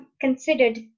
considered